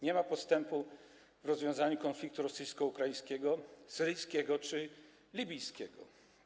Nie ma postępu w rozwiązywaniu konfliktu rosyjsko-ukraińskiego, syryjskiego czy libijskiego.